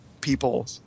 people